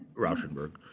rauschenberg.